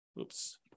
oops